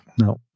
No